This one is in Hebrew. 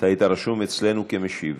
אתה היית רשום אצלנו כמשיב.